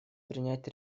принять